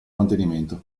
mantenimento